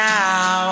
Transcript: now